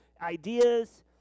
ideas